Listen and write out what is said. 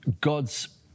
God's